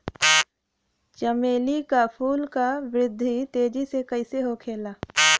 चमेली क फूल क वृद्धि तेजी से कईसे होखेला?